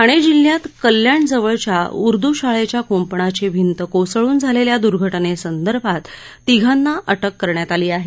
ठाणे जिल्ह्यात कल्याण जवळच्या उर्द् शाळेच्या क्ंपणाची भिंत कोसळून झालेल्या द्र्घटनेसंबंधात तिघांना अटक करण्यात आली आहे